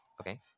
Okay